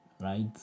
right